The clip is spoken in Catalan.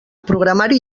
programari